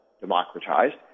democratized